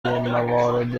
موارد